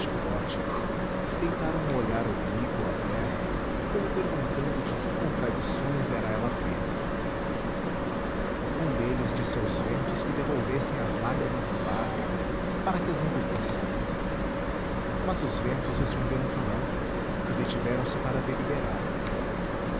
chicote deitaram um olhar oblíquo à terra como perguntando de que contradições era ela feita um deles disse aos ventos que devolvessem as lágrimas ao bárbaro para que as engolisse mas os ventos responderam que não e detiveram-se para deliberar